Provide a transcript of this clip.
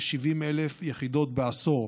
כ-70,000 יחידות בעשור.